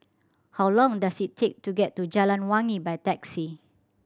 how long does it take to get to Jalan Wangi by taxi